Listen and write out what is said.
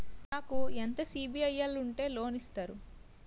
నాకు ఎంత సిబిఐఎల్ ఉంటే లోన్ ఇస్తారు?